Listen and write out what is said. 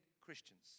Christians